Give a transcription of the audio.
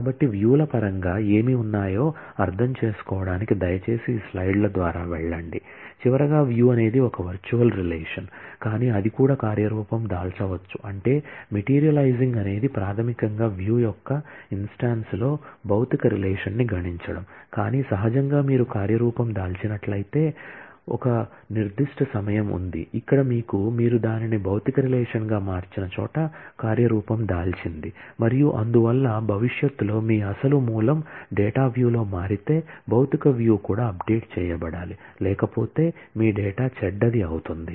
కాబట్టి వ్యూ కూడా అప్డేట్ చేయబడాలి లేకపోతే మీ డేటా చెడ్డది అవుతుంది